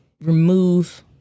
remove